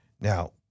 Now